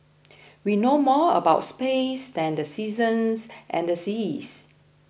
we know more about space than the seasons and the seas